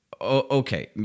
okay